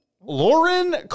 Lauren